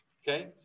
Okay